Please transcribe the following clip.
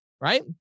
right